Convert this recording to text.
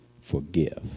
forgive